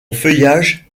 feuillage